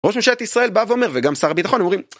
ראש ממשלת ישראל בא ואומר וגם שר הביטחון הם אומרים